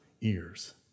ears